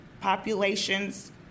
populations